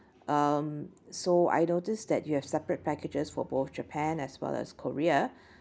um so I noticed that you have separate packages for both japan as well as korea